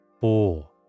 Four